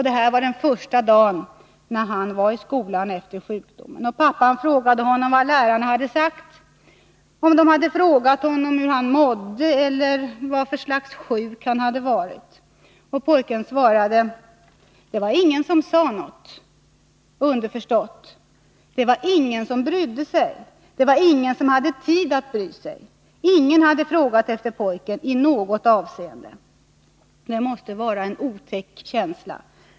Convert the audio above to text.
Det här var första dagen han var i skolan efter sjukdomen, och pappan frågade honom vad lärarna hade sagt, om de hade frågat honom hur han mådde eller vad för slags sjukdom han hade haft. Pojken svarade: Det var ingen som sade något. Underförstått: Det var ingen som brydde sig om eller hade tid att bry sig om honom. Ingen hade frågat efter pojken —i något avseende. Det måste vara en otäck känsla.